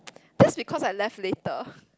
that's because I left later